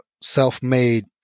self-made